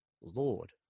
lord